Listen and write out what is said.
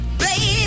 baby